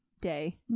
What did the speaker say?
day